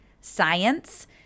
science